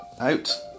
out